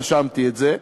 רשמתי את זה.